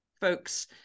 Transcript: folks